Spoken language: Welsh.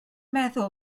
meddwl